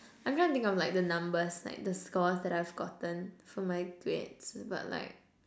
I'm trying to think of like the numbers like the scores that I've gotten for my grades but like